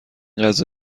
غذا